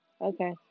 Okay